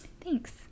Thanks